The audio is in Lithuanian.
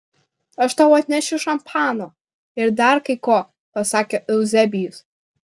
aš tau atnešiu šampano ir dar kai ko pasakė euzebijus